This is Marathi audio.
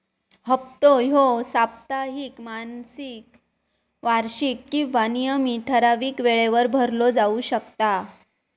हप्तो ह्यो साप्ताहिक, मासिक, वार्षिक किंवा नियमित ठरावीक वेळेवर भरलो जाउ शकता